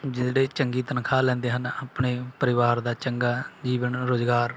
ਜਿਹੜੇ ਚੰਗੀ ਤਨਖਾਹ ਲੈਂਦੇ ਹਨ ਆਪਣੇ ਪਰਿਵਾਰ ਦਾ ਚੰਗਾ ਜੀਵਨ ਰੁਜ਼ਗਾਰ